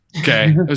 Okay